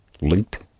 linked